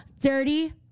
dirty